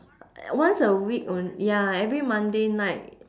once a week on~ ya every monday night